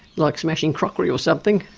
like smashing crockery or something.